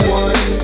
one